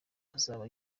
azaba